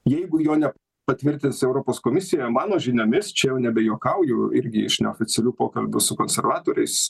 jeigu jo ne patvirtins europos komisija mano žiniomis čia nebejuokauju irgi iš neoficialių pokalbių su konservatoriais